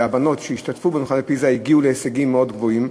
והבנות שהשתתפו במבחני פיז"ה הגיעו להישגים מאוד גבוהים.